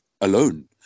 alone